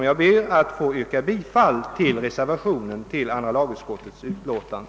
Jag ber att få yrka bifall till den reservation som fogats vid andra lagutskottets utlåtande.